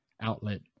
outlet